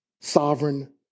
sovereign